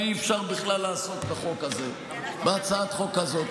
ואי-אפשר בכלל לעשות את החוק הזה בהצעת חוק כזאת.